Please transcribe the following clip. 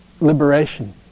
liberation